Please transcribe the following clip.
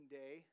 day